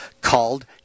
called